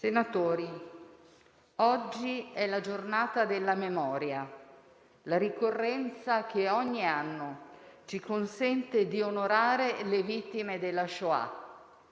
senatori, oggi è il Giorno della Memoria, la ricorrenza che ogni anno ci consente di onorare le vittime della Shoah.